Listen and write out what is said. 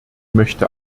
möchte